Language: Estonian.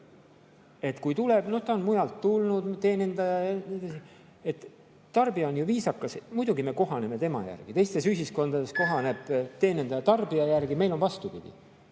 teenindaja, noh, ta on mujalt tulnud, tarbija on ju viisakas, muidugi me kohaneme tema järgi. Teistes ühiskondades kohaneb teenindaja tarbija järgi, meil on vastupidi.